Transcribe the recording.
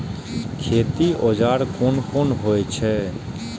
खेती औजार कोन कोन होई छै?